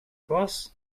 boss